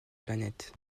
planètes